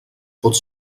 pot